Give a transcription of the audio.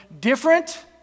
different